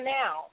now